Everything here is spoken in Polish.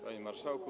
Panie Marszałku!